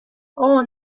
اوه